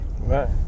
Right